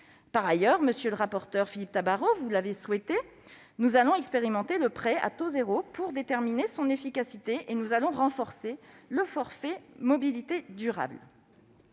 Par ailleurs, monsieur le rapporteur Philippe Tabarot, comme vous l'avez souhaité, nous allons expérimenter le prêt à taux zéro pour déterminer son efficacité et renforcer le forfait mobilité durable.